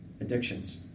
addictions